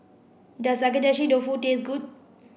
does Agedashi Dofu taste good